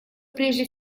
прежде